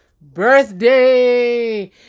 birthday